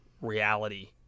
reality